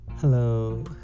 Hello